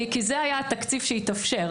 כי זה היה התקציב שהתאפשר,